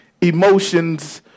Emotions